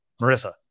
Marissa